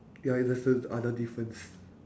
ya in a sense it's the other difference